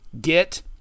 get